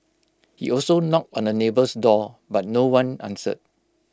he also knocked on the neighbour's door but no one answered